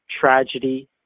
Tragedy